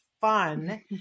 fun